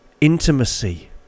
intimacy